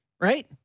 right